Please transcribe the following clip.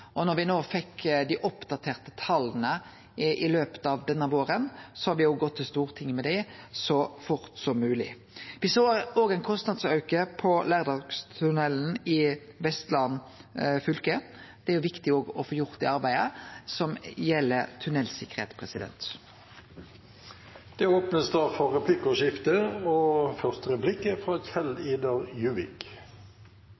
Når me no fekk dei oppdaterte tala i løpet av denne våren, har me òg gått til Stortinget med det så fort som mogleg. Me såg òg ein kostnadsauke på Lærdalstunnelen i Vestland fylke. Det er viktig òg å få gjort det arbeidet som gjeld tunnelsikkerheit. Det blir replikkordskifte. Det er en gledens dag i dag på Helgeland og i Rana, og jeg vet faktisk at flaggene også er